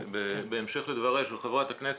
בהמשך לדבריה של חברת הכנסת,